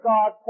God